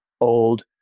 old